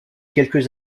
quelques